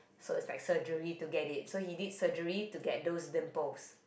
so is like surgery to get it so he did surgery to get those dimples